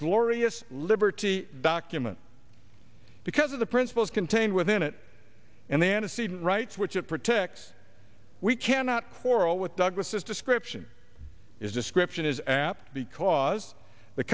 glorious liberty document because of the principles contained within it and the antecedent rights which it protects we cannot quarrel with douglas's description is description it apt because the